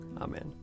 Amen